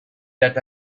that